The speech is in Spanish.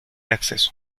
acceso